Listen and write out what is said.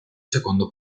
secondo